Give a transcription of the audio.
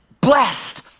blessed